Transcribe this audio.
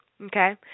okay